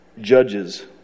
judges